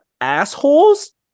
assholes